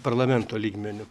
parlamento lygmeniu